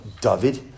David